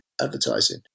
advertising